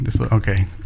Okay